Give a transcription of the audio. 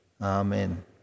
amen